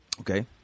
Okay